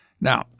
Now